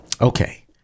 okay